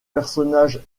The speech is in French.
personnage